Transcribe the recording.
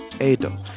Edo